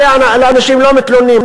עליה אנשים לא מתלוננים,